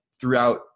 throughout